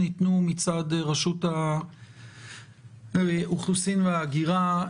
שנתנו מצד רשות האוכלוסין וההגירה,